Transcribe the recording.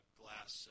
glass